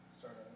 Start